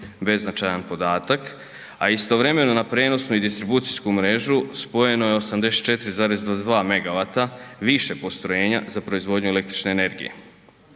beznačajan podatak, a istovremeno na prijenosnu i distribucijsku mrežu spojeno je 84,22 MWh više postrojenja za proizvodnju električne energije.